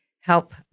help